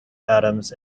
atoms